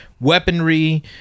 weaponry